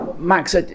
Max